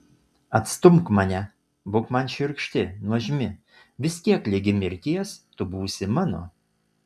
atstumk mane būk man šiurkšti nuožmi vis tiek ligi mirties tu būsi mano